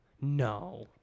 No